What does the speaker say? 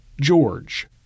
George